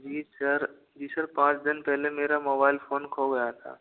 जी sir जी sir पाँच दिन पहले मेरा मोबाइल फोन खो गया था